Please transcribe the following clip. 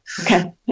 Okay